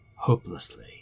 hopelessly